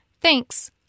Thanks